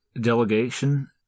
Delegation